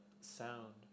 sound